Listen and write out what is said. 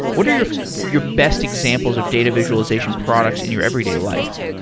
what are your your best examples of data visualization products in your everyday life?